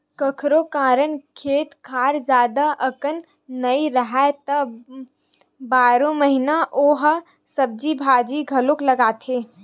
कखोरो करन खेत खार जादा अकन नइ राहय त बारो महिना ओ ह सब्जी भाजी घलोक लगाथे